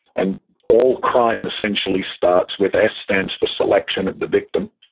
and all crime essentially starts with, s stands for selection of the victim,